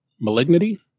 Malignity